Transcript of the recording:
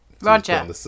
roger